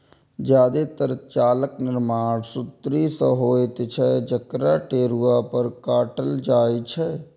जादेतर जालक निर्माण सुतरी सं होइत छै, जकरा टेरुआ पर काटल जाइ छै